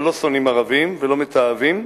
אבל לא שונאים ערבים ולא מתעבים.